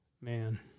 man